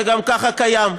זה גם ככה קיים.